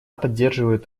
поддерживает